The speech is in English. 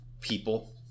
people